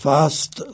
Fast